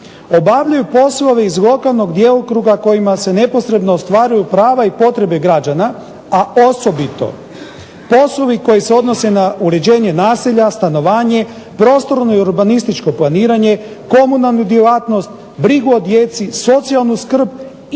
obavljaju poslove iz lokalnog djelokruga kojima se neposredno ostvaruju prava i potrebe građana, a osobito poslovi koji se odnose na uređenje naselja, stanovanje, prostorno i urbanističko planiranje, komunalnu djelatnost, brigu o djeci, socijalnu skrb i